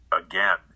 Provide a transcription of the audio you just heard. again